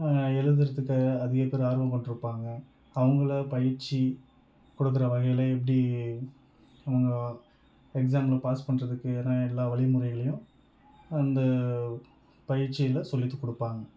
எழுதுகிறதுக்கு அதிகப்பேர் ஆர்வம் கொண்டுருப்பாங்கள் அவங்கள பயிற்சி கொடுக்குற வகையில் எப்படி அவங்க எக்ஸாம்ல பாஸ் பண்ணுறதுக்குக்கான எல்லா வழிமுறைகளையும் அந்த பயிற்சியில் சொல்லிக் கொடுப்பாங்க